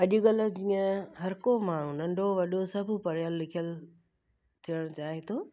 अॼुकल्ह जीअं हर को माण्हू नंढो वॾो सभु पढ़ियलु लिखियलु थियण चाहे थो